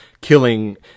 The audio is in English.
killing